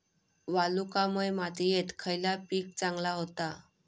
वालुकामय मातयेत खयला पीक चांगला होता?